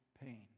pain